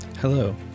Hello